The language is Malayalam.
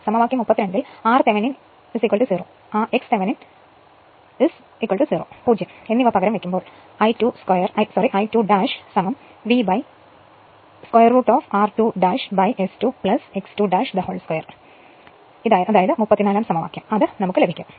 സമവാക്യം 32ൽ r Thevenin 0 x Thevenin 0 എന്നിവ പകരംവെക്കുമ്പോൾ I2 Vroot of r2 S2 x 2 2 എന്ന 34ാം സമവാക്യം ലഭിക്കും